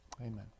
Amen